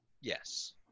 yes